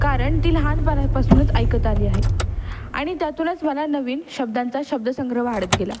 कारण ती लहानपणापासूनच ऐकत आली आहे आणि त्यातूनच मला नवीन शब्दांचा शब्दसंग्रह वाढत गेला